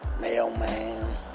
Mailman